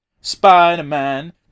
Spider-Man